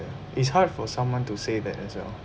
it's hard for someone to say that as well